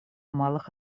малых